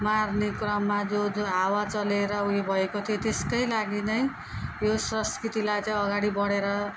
मार्ने क्रममा जोड जोड हावा चलेर उयो भएको थियो त्यसकै लागि नै यो संस्कृतिलाई चाहिँ अगाडि बढेर